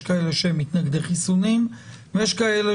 יש כאלה שהם מתנגדי חיסונים ויש כאלה